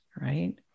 right